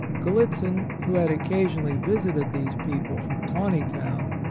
gallitzin, who had occasionally visited these people from taney town,